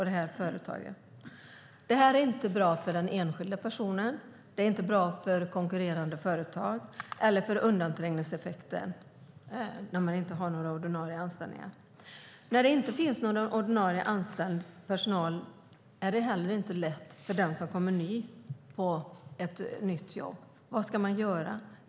Det är inte bra för den enskilda personen, för konkurrerande företag eller för undanträngningseffekten när det inte finns någon som är anställd på ordinarie sätt. När det inte finns någon ordinarie anställd personal är det inte heller lätt för den som kommer ny till ett jobb. Vad ska man göra?